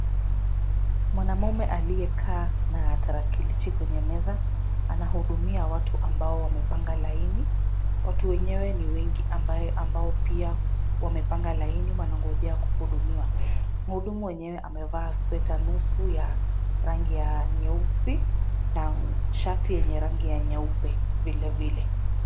Mwanamume aliyekaa na tarakilishi kwenye meza anahudumia watu ambao wamepanga laini . Watu wenyewe ni wengi ambao pia wamepanga laini wanangojea kuhudumiwa. Mhudumu mwenyewe amevaa sweta nusu ya rangi ya nyeusi na shati yenye rangi ya nyeupe vilevile.